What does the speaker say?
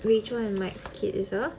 the which one the next kid is a